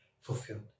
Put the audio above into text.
fulfilled